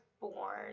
born